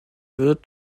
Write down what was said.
wird